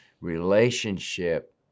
relationship